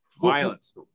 violence